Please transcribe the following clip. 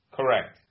Correct